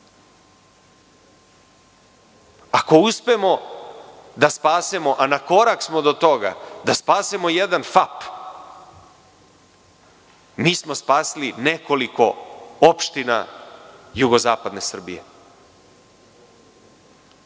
uspemo da spasemo, a na korak smo do toga da spasemo jedan FAP, mi smo spasili nekoliko opština jugozapadne Srbije.